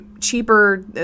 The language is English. cheaper